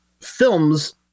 films